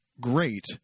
great